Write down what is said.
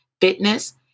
fitness